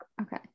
okay